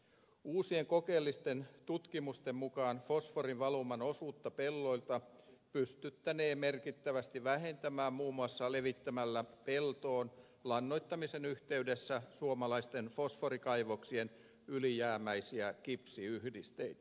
uusien kokeellisten tutkimusten mukaan fosforivaluman osuutta pelloilta pystyttäneen merkittävästi vähentämään muun muassa levittämällä peltoon lannoittamisen yhteydessä suomalaisten fosforikaivosten ylijäämäisiä kipsiyhdisteitä